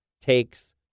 takes